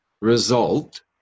Result